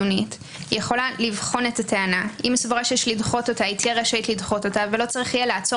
דהיינו על פניו אפשר לדחות את הטענה שהחוק לא תקף